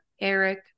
eric